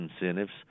incentives